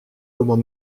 comment